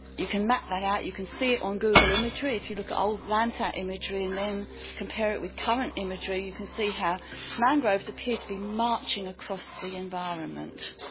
you can map that out, you can see it on google imagery. if you look at old landsat imagery and then compare it with current imagery you can see how mangroves appear to be marching across the environment.